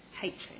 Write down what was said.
hatred